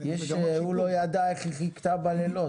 הוא לא ידע איך היא חיכתה בלילות.